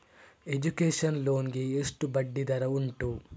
Education loan ಗೆ ಎಷ್ಟು ಬಡ್ಡಿ ದರ ಉಂಟು?